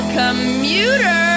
commuter